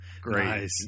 Great